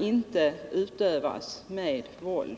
inte kan utövas med våld.